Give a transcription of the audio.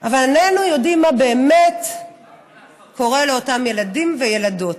אבל איננו יודעים מה באמת קורה לאותם ילדים וילדות.